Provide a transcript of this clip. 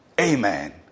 amen